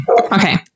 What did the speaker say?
Okay